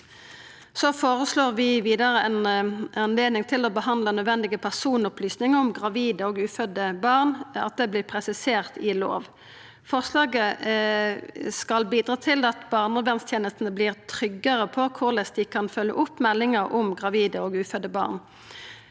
vi at ei anledning til å behandla nødvendige personopplysningar om gravide og ufødde barn vert presisert i lov. Forslaget skal bidra til at barnevernstenestene vert tryggare på korleis dei kan følgja opp meldingar om gravide og ufødde barn.